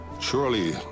Surely